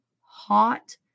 hot